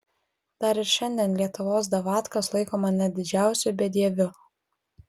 dar ir šiandien lietuvos davatkos laiko mane didžiausiu bedieviu